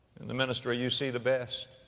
in the ministry you see the best.